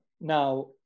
Now